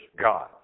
God